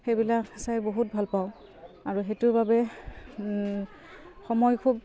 সেইবিলাক চাই বহুত ভাল পাওঁ আৰু সেইটোৰ বাবে সময় খুব